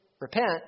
repent